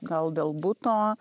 gal dėl buto